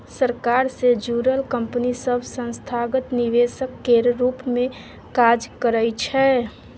सरकार सँ जुड़ल कंपनी सब संस्थागत निवेशक केर रूप मे काज करइ छै